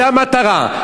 זו המטרה.